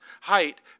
height